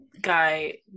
guy